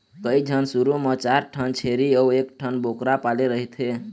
कइझन शुरू म चार ठन छेरी अउ एकठन बोकरा पाले रहिथे